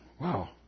Wow